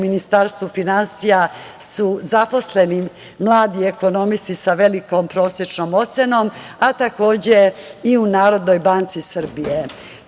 U Ministarstvu finansija su zaposleni mladi ekonomisti sa velikom prosečnom ocenom, a takođe i u Narodnoj banci